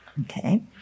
Okay